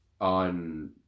on